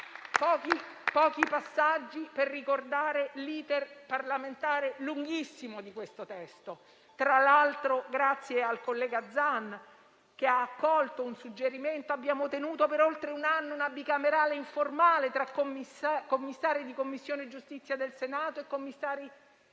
Pochi passaggi per ricordare l'*iter* parlamentare lunghissimo di questo provvedimento. Tra l'altro, grazie al collega Zan, che ha accolto un suggerimento, abbiamo tenuto per oltre un anno una bicamerale informale tra componenti delle Commissioni giustizia del Senato e della